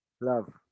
Love